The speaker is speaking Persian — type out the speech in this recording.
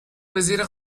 وزیر